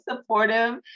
supportive